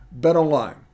BetOnline